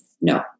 no